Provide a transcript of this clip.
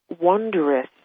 wondrous